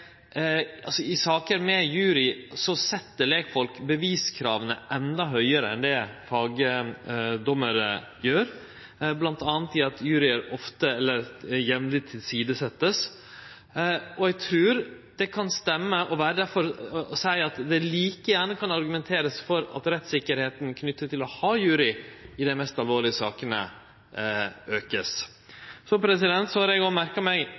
i saker med jury set lekfolk beviskrava enda høgare enn det fagdommarar gjer, bl.a. i at juryar jamleg vert tilsidesette, og eg trur det kan stemme å seie at det like gjerne kan argumenterast for at rettssikkerheita knytt til å ha jury i dei mest alvorlege sakene vert auka. Så har eg òg merka meg